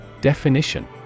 Definition